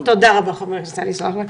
תודה רבה, חבר הכנסת עלי סלאלחה.